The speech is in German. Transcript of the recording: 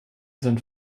sind